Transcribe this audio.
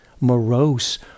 morose